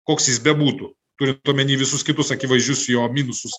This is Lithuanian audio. koks jis bebūtų turint omeny visus kitus akivaizdžius jo minusus